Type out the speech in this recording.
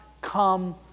come